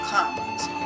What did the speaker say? Commons